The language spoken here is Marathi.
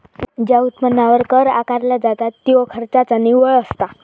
ज्या उत्पन्नावर कर आकारला जाता त्यो खर्चाचा निव्वळ असता